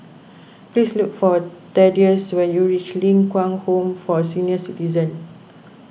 please look for Thaddeus when you reach Ling Kwang Home for Senior Citizens